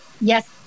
Yes